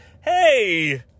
hey